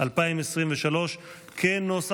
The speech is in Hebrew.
אם כך,